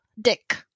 dick